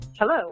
Hello